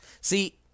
see